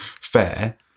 fair